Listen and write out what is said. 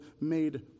made